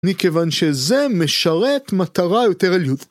מכיוון שזה משרת מטרה יותר